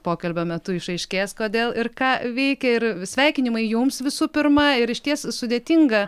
pokalbio metu išaiškės kodėl ir ką veikia ir sveikinimai jums visų pirma ir išties sudėtinga